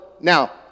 now